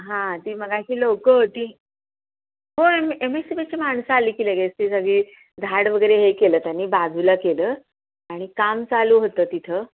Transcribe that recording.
हां ती मगाशी लोकं होती होय एम ए सी बीची माणसं आली की लगेच ती सगळी झाड वगैरे हे केलं त्यांनी बाजूला केलं आणि काम चालू होतं तिथं